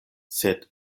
sed